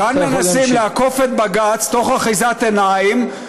כאן מנסים לעקוף את בג"ץ, תוך אחיזת עיניים.